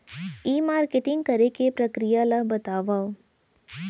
ई marketing करे के प्रक्रिया ला बतावव?